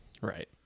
Right